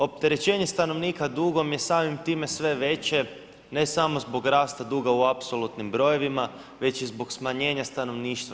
Opterećenje stanovnika dugom je samim time sve veće, ne samo zbog rasta duga u apsolutnim brojevima, već i zbog smanjenja stanovništva.